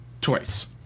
twice